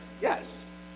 Yes